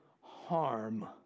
harm